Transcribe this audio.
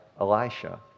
Elisha